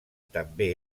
també